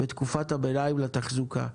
בתקופת הביניים לתחזוקה.